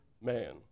man